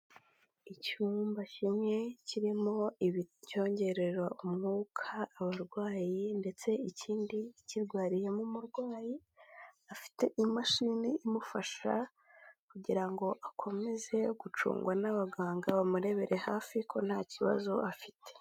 Icyumba kimwe kirimo icyongerera umwuka abarwayi ndetse ikindi kirwariyemo umurwayi, afite imashini imufasha kugira ngo akomeze gucungwa n'abaganga bamurebere hafi ko nta kibazo afite.